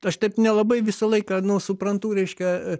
aš taip nelabai visą laiką nu suprantu reiškia